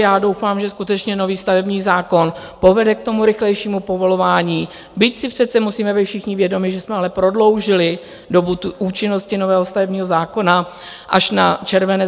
Já doufám, že skutečně nový stavební zákon povede k rychlejšímu povolování, byť si přece musíme být všichni vědomi, že jsme ale prodloužili dobu účinnosti nového stavebního zákona až na červenec 2024.